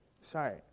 Sorry